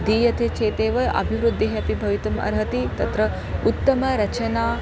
दीयते चेतेव अभिवृद्धिः अपि भवितुम् अर्हति तत्र उत्तमरचना